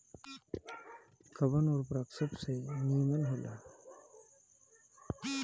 कवन उर्वरक सबसे नीमन होला?